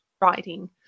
writing